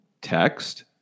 text